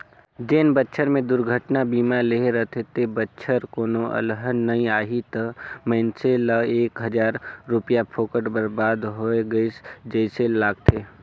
जेन बच्छर मे दुरघटना बीमा लेहे रथे ते बच्छर कोनो अलहन नइ आही त मइनसे ल एक हजार रूपिया फोकट बरबाद होय गइस जइसे लागथें